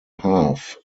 half